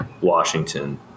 Washington